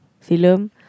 film